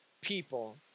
people